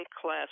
class